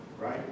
Right